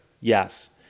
Yes